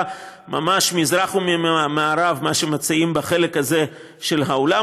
ממש כמזרח ממערב ממה שמציעים בחלק הזה של האולם